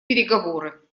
переговоры